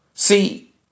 See